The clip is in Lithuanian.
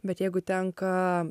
bet jeigu tenka